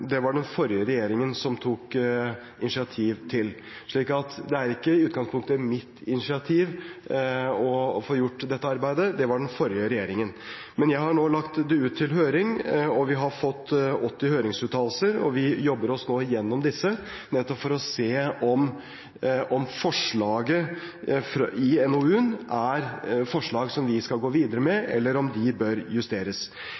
det er ikke i utgangspunktet mitt initiativ å få gjort dette arbeidet – det var den forrige regjeringens initiativ. Men jeg har nå lagt det ut til høring. Vi har fått 80 høringsuttalelser, og vi jobber oss nå igjennom disse, nettopp for å se om forslag i NOU-en er forslag som vi skal gå videre med, eller om de bør justeres.